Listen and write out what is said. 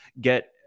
get